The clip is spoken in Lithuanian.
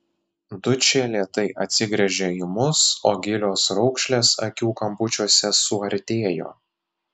dučė lėtai atsigręžė į mus o gilios raukšlės akių kampučiuose suartėjo